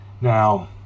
Now